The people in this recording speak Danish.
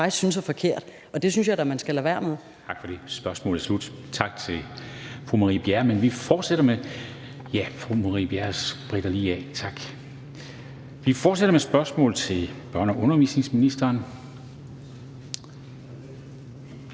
synes er forkert, og det synes jeg da man skal lade være med.